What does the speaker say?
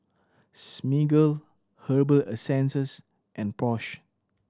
Smiggle Herbal Essences and Porsche